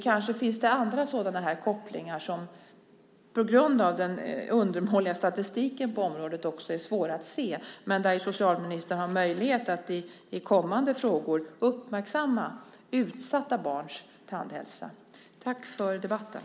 Kanske finns det andra sådana kopplingar som på grund av den undermåliga statistiken på området också är svåra att se, men där socialministern har möjlighet att i kommande frågor uppmärksamma utsatta barns tandhälsa. Tack för debatten!